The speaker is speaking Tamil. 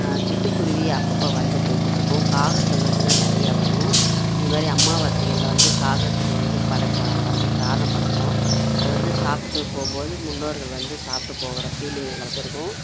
சிட்டுக்குருவி அப்பப்போ வந்து போயிக்கிட்டுருக்கும் காகங்கள் வந்து தான் நிறையா வரும் இது மாதிரி அமாவாசைகள்ல வந்து காகத்துக்கு வந்து படைப்போம் நாங்கள் வந்து சாதம் படைப்போம் அதை வந்து சாப்பிட்டு போகும்போது முன்னோர்கள் வந்து சாப்பிட்டு போகிற ஃபீலிங்கு எங்களுக்கு இருக்கும்